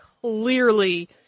clearly